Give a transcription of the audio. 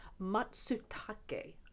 Matsutake